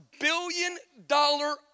billion-dollar